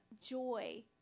joy